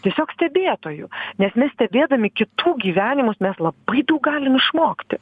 tiesiog stebėtoju nes mes stebėdami kitų gyvenimus mes labai daug galim išmokti